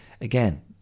again